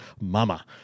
mama